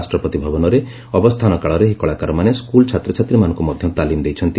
ରାଷ୍ଟ୍ରପତି ଭବନରେ ଅବସ୍ଥାନ କାଳରେ ଏହି କଳାକାରମାନେ ସ୍କୁଲ୍ ଛାତ୍ରଛାତ୍ରୀମାନଙ୍କୁ ମଧ୍ୟ ତାଲିମ ଦେଇଛନ୍ତି